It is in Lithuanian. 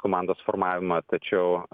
komandos formavimą tačiau